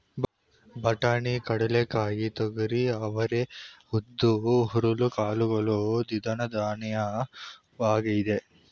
ಬಟಾಣಿ, ಕಡ್ಲೆಕಾಯಿ, ತೊಗರಿ, ಅವರೇ, ಉದ್ದು, ಹುರುಳಿ ಕಾಳುಗಳು ದ್ವಿದಳಧಾನ್ಯವಾಗಿದೆ